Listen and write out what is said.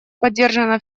поддержана